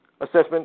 assessment